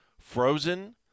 frozen